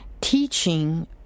teaching